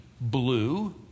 blue